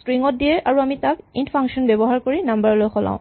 string ত দিয়ে আৰু আমি তাক ইন্ট ফাংচন ব্যৱহাৰ কৰি নাম্বাৰ লৈ সলাও